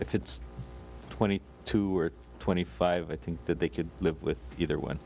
if it's twenty two or twenty five i think that they could live with either one